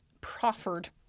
proffered